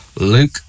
Luke